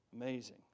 Amazing